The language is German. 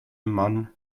mann